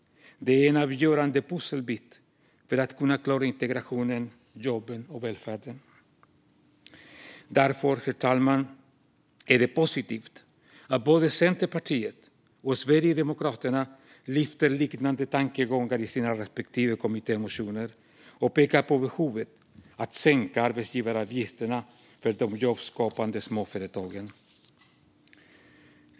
Det är en avgörande pusselbit för att kunna klara integrationen, jobben och välfärden. Därför, herr talman, är det positivt att både Centerpartiet och Sverigedemokraterna lyfter fram liknande tankegångar i sina respektive kommittémotioner och pekar på behovet av att sänka arbetsgivaravgifterna för de jobbskapande småföretagen.